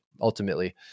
ultimately